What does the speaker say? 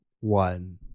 one